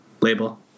label